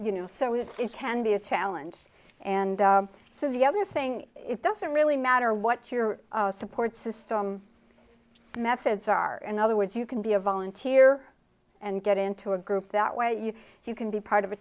you know so it's it can be a challenge and so the other thing it doesn't really matter what your support system methods are in other words you can be a volunteer and get into a group that way you if you can be part of a